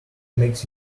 makes